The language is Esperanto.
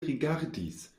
rigardis